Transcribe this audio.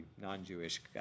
non-Jewish